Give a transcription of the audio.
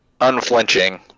Unflinching